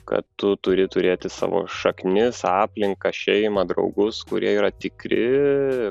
kad tu turi turėti savo šaknis aplinką šeimą draugus kurie yra tikri